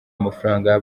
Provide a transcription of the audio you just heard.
amafaranga